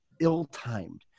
ill-timed